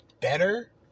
better